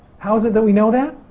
how is it that we know that?